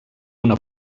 una